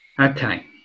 Okay